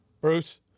Bruce